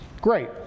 Great